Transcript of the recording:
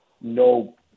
no